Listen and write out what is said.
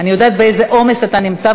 אני יודעת באיזה עומס אתה נמצא,